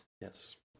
Yes